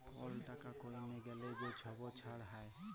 call টাকা কইমে গ্যালে যে ছব দাম হ্যয়